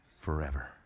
forever